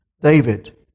David